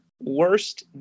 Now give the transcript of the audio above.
worst